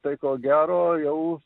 tai ko gero jau